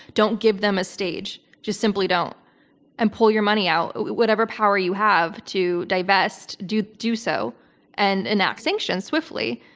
don't give them a stage. just simply don't and pull your money out. whatever power you have to divest, do do so and enact sanctions swiftly,